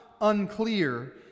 unclear